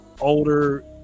older